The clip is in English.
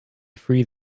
free